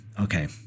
okay